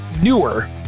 newer